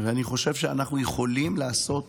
אני חושב שאנחנו יכולים לעשות